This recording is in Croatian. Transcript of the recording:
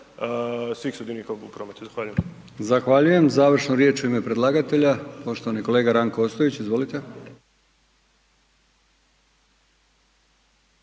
Milijan (HDZ)** Zahvaljujem. Završnu riječ u ime predlagatelja, poštovani kolega Ranko Ostojić, izvolite.